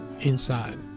inside